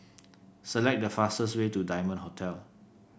select the fastest way to Diamond Hotel